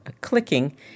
clicking